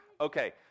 okay